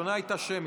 הראשונה הייתה שמית.